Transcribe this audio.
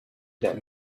that